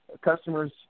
customers